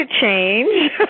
change